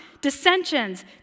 Dissensions